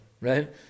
right